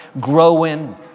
growing